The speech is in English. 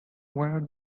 where